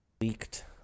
leaked